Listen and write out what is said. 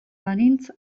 banintz